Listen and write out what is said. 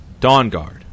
Dawnguard